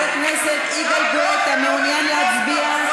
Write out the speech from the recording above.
חבר הכנסת יגאל גואטה, אתה מעוניין להצביע?